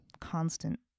constant